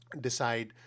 decide